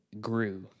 grew